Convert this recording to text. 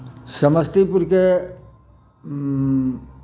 समस्तीपुरके